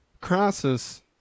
Crisis